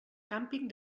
càmping